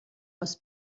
aus